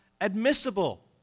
admissible